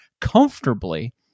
comfortably